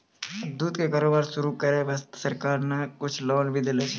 दूध के कारोबार शुरू करै वास्तॅ सरकार न कुछ लोन भी दै छै